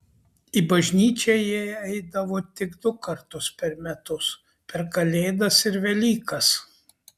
į bažnyčią jie eidavo tik du kartus per metus per kalėdas ir velykas